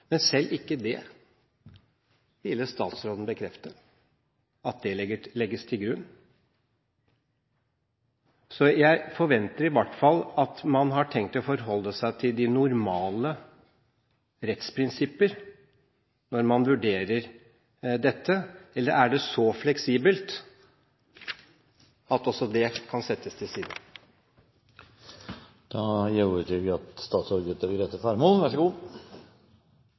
Men selv ikke det ville statsråden bekrefte skulle legges til grunn. Så jeg forventer i hvert fall at man har tenkt å forholde seg til de normale rettsprinsipper når man vurderer dette. Eller er det så fleksibelt at også det kan settes til side? Det må ikke herske noen misforståelse. Det jeg kommenterte når det gjaldt utfall, var at